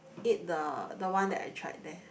eat the the one I tried there